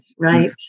right